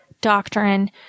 doctrine